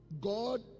God